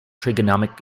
trigonometric